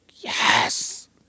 yes